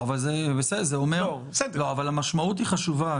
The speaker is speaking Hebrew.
המשמעות חשובה,